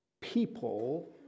people